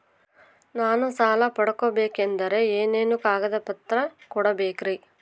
ನಾನು ಸಾಲ ಪಡಕೋಬೇಕಂದರೆ ಏನೇನು ಕಾಗದ ಪತ್ರ ಕೋಡಬೇಕ್ರಿ?